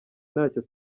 ntacyo